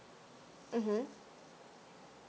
mm